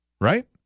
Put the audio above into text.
right